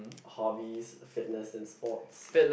hobbies fitness and sports